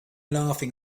laughing